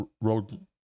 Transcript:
road